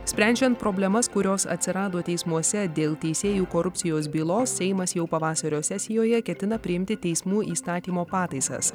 sprendžiant problemas kurios atsirado teismuose dėl teisėjų korupcijos bylos seimas jau pavasario sesijoje ketina priimti teismų įstatymo pataisas